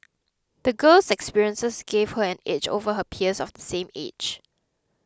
the girl's experiences gave her an edge over her peers of the same age